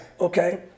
Okay